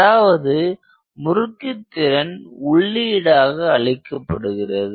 அதாவது முறுக்கு திறன் உள்ளீடாக அளிக்கப்படுகிறது